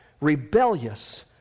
rebellious